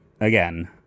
again